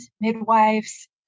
midwives